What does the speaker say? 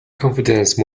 confidence